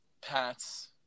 Pats